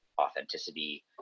authenticity